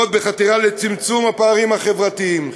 זאת בחתירה לצמצום פערים חברתיים,